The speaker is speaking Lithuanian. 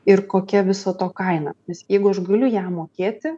ir kokia viso to kaina nes jeigu aš galiu jam mokėti